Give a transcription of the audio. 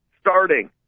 starting